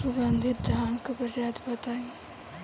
सुगन्धित धान क प्रजाति बताई?